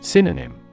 Synonym